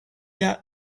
yet